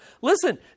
listen